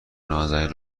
نازنین